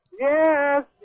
Yes